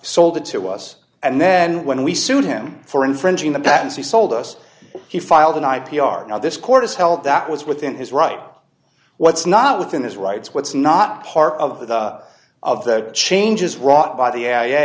sold it to us and then when we sued him for infringing the patents he sold us he filed an i p r now this court is held that was within his rights what's not within his rights what's not part of the of the changes